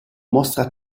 mostra